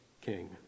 king